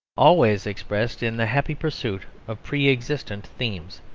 always expressed in the happy pursuit of pre-existent themes,